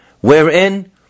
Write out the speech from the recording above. wherein